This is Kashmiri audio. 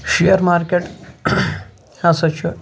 شِیَر مارکٮ۪ٹ ہسا چھُ